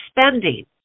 spending